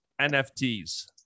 NFTs